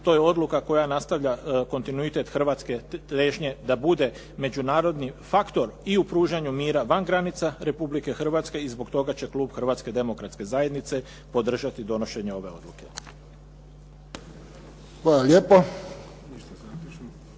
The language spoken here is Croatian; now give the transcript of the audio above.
to je odluka koja nastavlja kontinuitet hrvatske težnje da bude međunarodni faktor i u pružanju mira van granica Republike Hrvatske i zbog toga će klub Hrvatske demokratske zajednice podržati donošenje ove odluke.